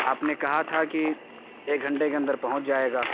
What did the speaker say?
آپ نے کہا تھا کہ ایک گھنٹے کے اندر پہنچ جائے گا